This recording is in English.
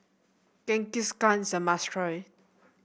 jingisukan is a must try